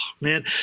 man